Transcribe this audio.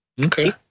okay